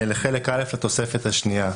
לחלק א' התוספת השנייה,